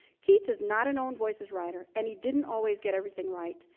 keats is not an ownvoices writer, and he didn't always get everything right,